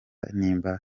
nimba